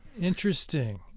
interesting